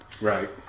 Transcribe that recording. Right